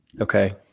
Okay